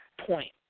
point